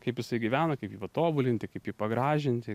kaip jisai gyvena kaip jį patobulinti kaip jį pagražinti